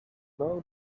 now